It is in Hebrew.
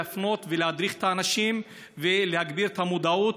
להפנות ולהדריך את האנשים ולהגביר את המודעות.